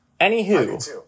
Anywho